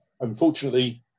unfortunately